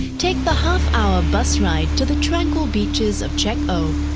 take the half hour bus ride to the tranquil beaches of shek o.